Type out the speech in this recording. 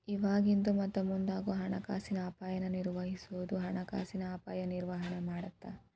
ಇವಾಗಿಂದು ಮತ್ತ ಮುಂದಾಗೋ ಹಣಕಾಸಿನ ಅಪಾಯನ ನಿರ್ವಹಿಸೋದು ಹಣಕಾಸಿನ ಅಪಾಯ ನಿರ್ವಹಣೆ ಮಾಡತ್ತ